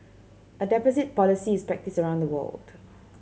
a deposit policy is practised around the world